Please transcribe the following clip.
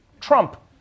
Trump